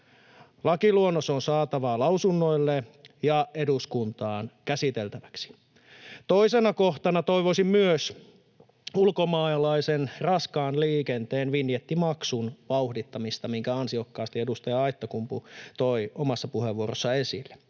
Lakiluonnos on saatava lausunnoille ja eduskuntaan käsiteltäväksi. Toisena kohtana toivoisin myös ulkomaalaisen raskaan liikenteen vinjettimaksun vauhdittamista, minkä ansiokkaasti edustaja Aittakumpu toi omassa puheenvuorossaan esille.